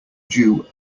due